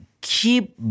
keep